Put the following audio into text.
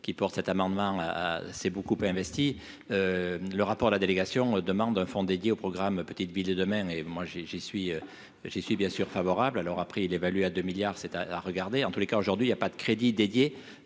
qui porte cet amendement s'est beaucoup investi, le rapport à la délégation demande un fonds dédié au programme Petites Villes de demain, et moi j'ai, j'y suis, j'y suis bien sûr favorable alors après il évalue à 2 milliards 7 à regarder en tous les cas, aujourd'hui il y a pas de crédits dédiés